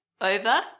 over